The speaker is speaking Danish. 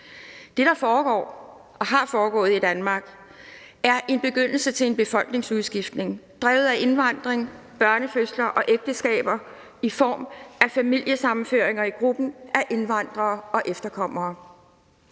Det, der foregår og har foregået i Danmark, er en begyndelse til en befolkningsudskiftning drevet af indvandring, børnefødsler og ægteskaber i form af familiesammenføringer i gruppen af indvandrere og efterkommere.